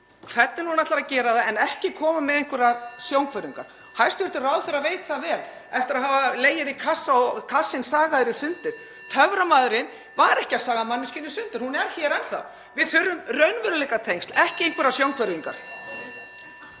hvernig hún ætlar að gera það en ekki koma með einhverjar sjónhverfingar. (Forseti hringir.) Hæstv. ráðherra veit það vel eftir að hafa legið í kassa og kassinn sagaður í sundur, að töframaðurinn var ekki að saga manneskjuna í sundur, hún er hér enn þá. Við þurfum raunveruleikatengsl, ekki einhverjar sjónhverfingar.